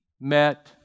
met